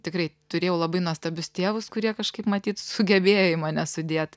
tikrai turėjau labai nuostabius tėvus kurie kažkaip matyt sugebėjo į mane sudėt